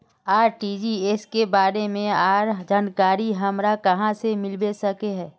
RTGS के बारे में आर जानकारी हमरा कहाँ से मिलबे सके है?